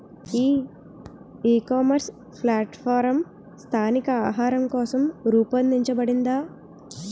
ఈ ecommerce platform స్థానిక ఆహారం కోసం రూపొందించబడిందా?